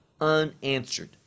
unanswered